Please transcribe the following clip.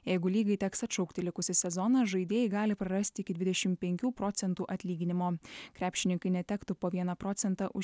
jeigu lygai teks atšaukti likusį sezoną žaidėjai gali prarasti iki dvidešimt penkių procentų atlyginimo krepšininkai netektų po vieną procentą už